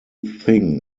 thing